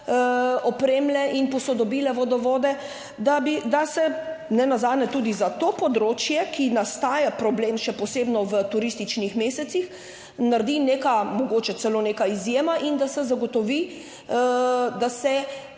opremile in posodobile vodovode. Da se nenazadnje tudi za to področje, ki nastaja, problem še posebno v turističnih mesecih, naredi neka, mogoče celo neka izjema in da se zagotovi, da se